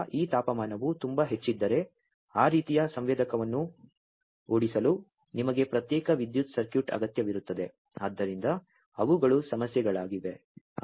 ಆದ್ದರಿಂದ ಈ ತಾಪಮಾನವು ತುಂಬಾ ಹೆಚ್ಚಿದ್ದರೆ ಆ ರೀತಿಯ ಸಂವೇದಕವನ್ನು ಓಡಿಸಲು ನಿಮಗೆ ಪ್ರತ್ಯೇಕ ವಿದ್ಯುತ್ ಸರ್ಕ್ಯೂಟ್ ಅಗತ್ಯವಿರುತ್ತದೆ ಆದ್ದರಿಂದ ಅವುಗಳು ಸಮಸ್ಯೆಗಳಾಗಿವೆ